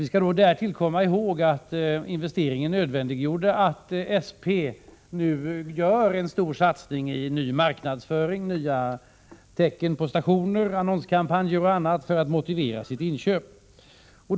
Man skall därtill komma ihåg att SP:s investering nödvändiggör en stor satsning i ny marknadsföring, nya tecken på stationer, annonskampanjer och annat för att motivera inköpet.